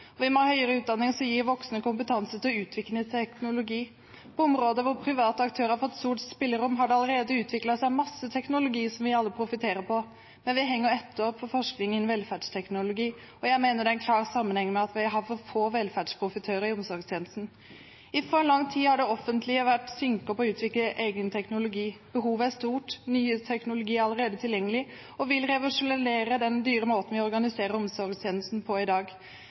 Vi må ha høyere utdanning som gir voksne kompetanse til å utvikle teknologi. På områder hvor private aktører har fått stort spillerom, har det allerede utviklet seg mye teknologi som vi alle profiterer på, men vi henger etter på forskning innen velferdsteknologi. Jeg mener det har en klar sammenheng med at vi har for få velferdsprofitører i omsorgstjenesten. I altfor lang tid har det offentlige vært sinker på å utvikle egen teknologi. Behovet er stort. Ny teknologi er allerede tilgjengelig og vil revolusjonere den dyre måten vi organiserer omsorgstjenestene på i dag.